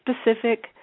specific